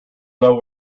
know